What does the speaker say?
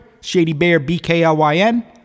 ShadyBearBKLYN